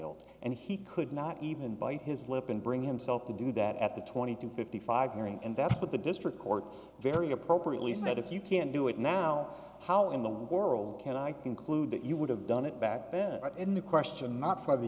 guilt and he could not even bite his lip and bring himself to do that at the twenty two fifty five hearing and that's what the district court very appropriately said if you can't do it now how in the world can i conclude that you would have done it back then but in the question not for the